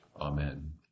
Amen